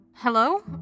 Hello